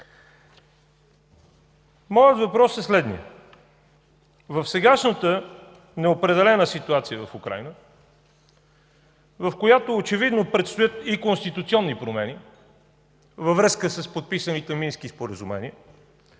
Въпросът ми е следният: в сегашната неопределена ситуация в Украйна, в която очевидно предстоят и конституционни промени във връзка с подписаните Мински споразумения,